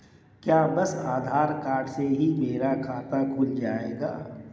क्या बस आधार कार्ड से ही मेरा खाता खुल जाएगा?